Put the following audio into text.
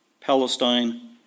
Palestine